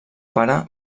pare